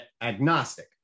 agnostic